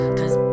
Cause